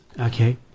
Okay